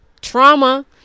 trauma